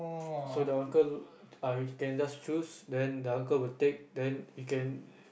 so the uncle uh are you can just choose then the uncle will take then you can